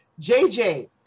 JJ